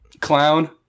Clown